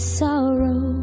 sorrow